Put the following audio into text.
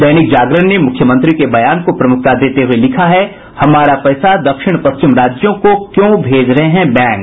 दैनिक जागरण ने मुख्यमंत्री के बयान को प्रमुखता देते हुये लिखा है हमारा पैसा दक्षिण पश्चिम राज्यों को क्यों भेज रहे बैंक